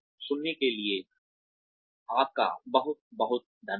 सुनने के लिए आपका बहुत बहुत धन्यवाद